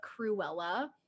Cruella